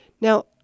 Now